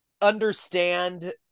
understand